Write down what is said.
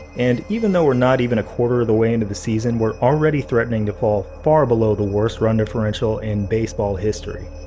and even though we're not even a quarter of the way into the season, we're already threatening to fall far below the worst run differential in baseball history.